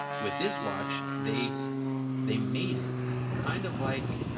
with this watch, they they made it kind of like